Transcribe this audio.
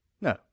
No